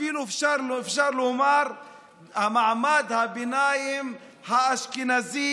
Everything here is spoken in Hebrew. אפילו אפשר לומר של מעמד הביניים האשכנזי,